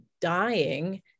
dying